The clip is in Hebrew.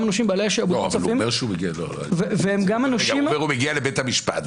הוא אומר שהוא מגיע לבית המשפט,